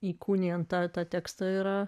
įkūnija tą tekstą yra